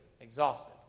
exhausted